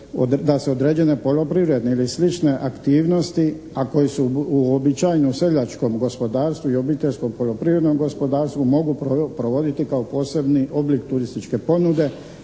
da se određene poljoprivredne ili slične aktivnosti, a koje su u običajenom seljačkom gospodarstvu i obiteljskom poljoprivrednom gospodarstvu mogu provoditi kao posebni oblik turističke ponude